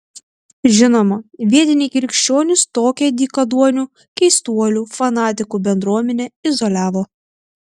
žinoma vietiniai krikščionys tokią dykaduonių keistuolių fanatikų bendruomenę izoliavo